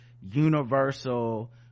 universal